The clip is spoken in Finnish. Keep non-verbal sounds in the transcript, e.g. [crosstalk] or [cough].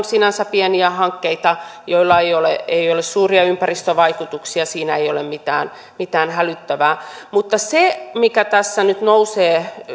[unintelligible] sinänsä pieniä hankkeita joilla ei ole ei ole suuria ympäristövaikutuksia siinä ei ole mitään mitään hälyttävää mutta se mikä tässä nyt nousee